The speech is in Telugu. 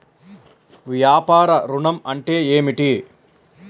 వ్యాపార ఋణం అంటే ఏమిటి?